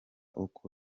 uko